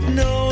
no